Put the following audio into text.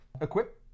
Equip